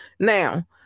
Now